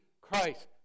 Christ